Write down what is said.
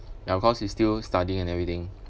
ya cause he's still studying and everything